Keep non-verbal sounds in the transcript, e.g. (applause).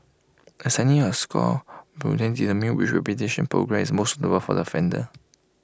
assigning A score will then determine which (unintelligible) programme is most suitable for the offender